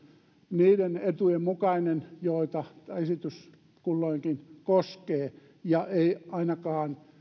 niiden etujen mukainen joita tämä esitys kulloinkin koskee eikä ainakaan